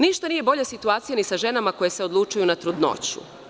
Ništa nije bolja situacija ni sa ženama koje se odlučuju na trudnoću.